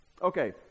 Okay